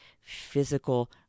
physical